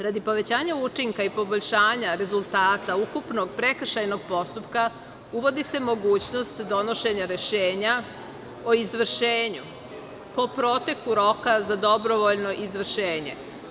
Radi povećanja učinka i poboljšanja rezultata ukupnog prekršajnog postupka, uvodi se mogućnost donošenja rešenja o izvršenju po proteku roka za dobrovoljno izvršenje.